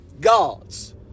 gods